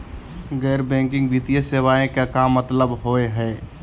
गैर बैंकिंग वित्तीय सेवाएं के का मतलब होई हे?